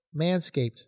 manscaped